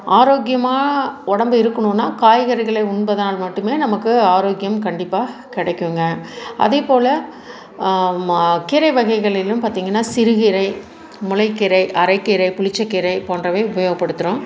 ஆரோக்கியமாக உடம்பு இருக்குணும்னா காய்கறிகளை உண்பதால் மட்டும் நமக்கு ஆரோக்கியம் கண்டிப்பாக கிடைக்குங்க அதே போல் கீரை வகைகளிலும் பார்த்திங்கன்னா சிறுகீரை முளைக்கீரை அரைக்கீரை புளிச்சக்கீரை போன்றவை உபயோகப்படுத்துகிறோம்